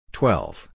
twelve